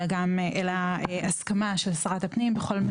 אלא גם הסכמה של שרת הפנים בכל מה